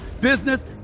business